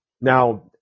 Now